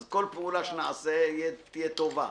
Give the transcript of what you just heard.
אז כל פעולה שנעשה תהיה טובה.